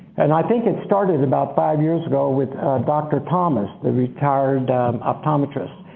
and i think it started about five years ago with dr. thomas, the retired optometrist.